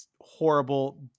horrible